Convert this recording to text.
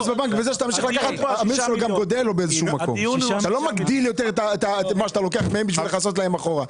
אתה לא מגדיל יותר את מה שאתה לוקח מהם בשביל לכסות להם אחורה.